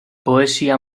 poesia